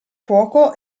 fuoco